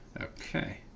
Okay